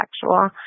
sexual